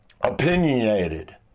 opinionated